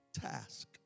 task